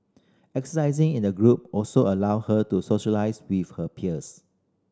exercising in a group also allow her to socialise with her peers